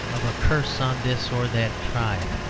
of a curse on this or that tribe,